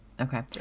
Okay